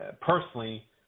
personally